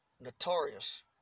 notorious